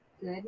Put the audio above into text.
Good